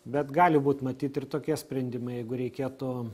bet gali būt matyt ir tokie sprendimai jeigu reikėtų